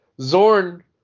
Zorn –